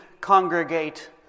congregate